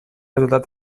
resultat